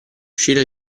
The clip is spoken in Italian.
uscire